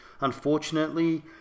unfortunately